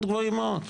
עכשיו זה נאום.